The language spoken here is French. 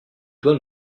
doit